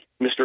Mr